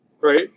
right